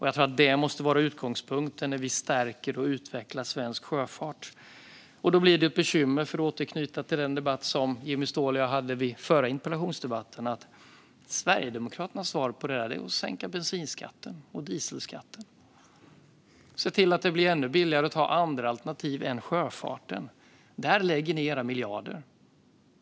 Jag tror att detta måste vara utgångspunkten när vi stärker och utvecklar svensk sjöfart. För att återknyta till den förra interpellationsdebatt som jag hade med Jimmy Ståhl blir det ett bekymmer att Sverigedemokraternas svar på detta är att sänka bensinskatten och dieselskatten och se till att det blir ännu billigare att ta andra alternativ än sjöfarten. Där lägger ni era miljarder, Jimmy Ståhl.